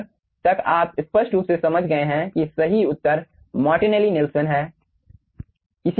अब तक आप स्पष्ट रूप से समझ गए हैं कि सही उत्तर मार्टिनेली नेल्सन है